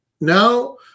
now